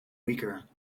weaker